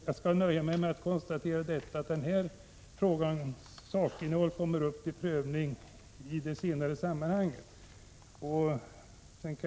Jag kan nöja mig med att konstatera att sakinnehållet i denna fråga kommer upp till prövning i ett senare sammanhang.